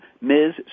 Ms